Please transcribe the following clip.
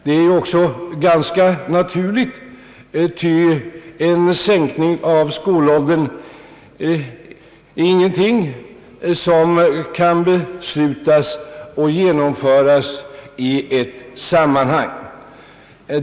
Det är också ganska naturligt, ty en sänkning av skolåldern är ingenting som kan beslutas och genomföras i ett sammanhang.